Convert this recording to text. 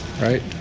right